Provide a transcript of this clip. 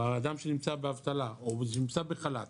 האדם שנמצא באבטלה או בחל"ת,